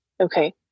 Okay